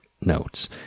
notes